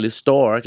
store